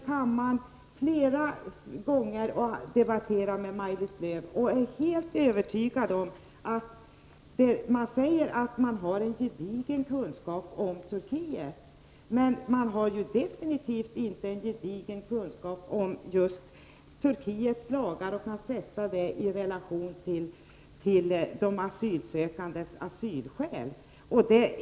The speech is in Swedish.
Jag har flera gånger diskuterat i kammaren med Maj-Lis Lööw, som säger att man har en gedigen kunskap om Turkiet. Men man har definitivt inte en gedigen kunskap om Turkiets lagar och kan inte sätta dem i relation till de asylsökandes asylskäl.